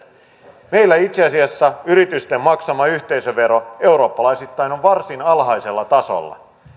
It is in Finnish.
meillä itse asiassa yritysten maksama yhteisövero eurooppalaisittain on varsin alhaisella tasolla